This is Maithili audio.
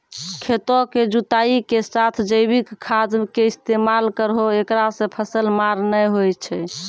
खेतों के जुताई के साथ जैविक खाद के इस्तेमाल करहो ऐकरा से फसल मार नैय होय छै?